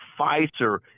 Pfizer